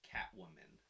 Catwoman